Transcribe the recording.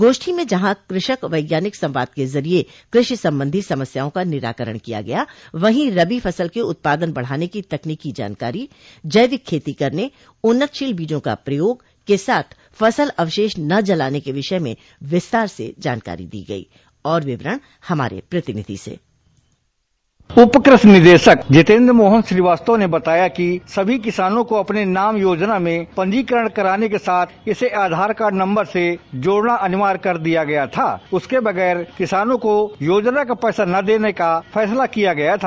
गोष्ठी में जहां कृषक वैज्ञानिक संवाद के जरिये कृषि सम्बन्धी समस्याओं का निराकरण किया गया वहीं रबी फसल के उत्पादन बढ़ाने की तकनीकी जानकारी जैविक खेती करने उन्नतिशील बीजों का प्रयोग के साथ फसल अवशेष न जलाने के विषय में विस्तार से जानकारी दी गयी और विवरण हमारे प्रतिनिधि से डिस्पैच उप कृषि निदेशक जितेन्द्र मोहन श्रीवास्तव ने बताया कि सभी किसानों को अपने नाम योजना में पंजीकरण कराने के साथ इसे आधार कार्ड नम्बर से जोड़ना अनिवार्य कर दिया गया था उसके बगैर किसानों को योजना का पैसा न देने का फैसला किया गया था